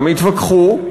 גם התווכחו,